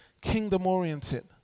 kingdom-oriented